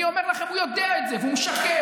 אני אומר לכם, הוא יודע את זה, והוא משקר.